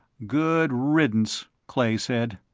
good riddance, clay said.